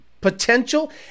potential